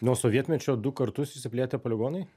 nuo sovietmečio du kartus išsiplėtė poligonai